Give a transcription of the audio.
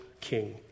king